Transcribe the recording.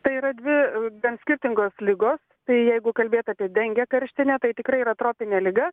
tai yra dvi gan skirtingos ligos tai jeigu kalbėt apie dengė karštinę tai tikrai yra tropinė liga